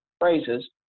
phrases